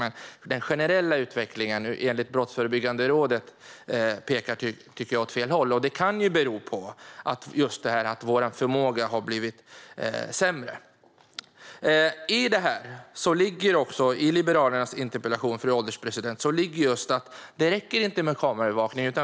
Men den generella utvecklingen enligt Brottsförebyggande rådet tycker jag pekar åt fel håll. Det kan bero på att vår förmåga har blivit sämre. I Liberalernas interpellation framgår att det inte räcker med kameraövervakning.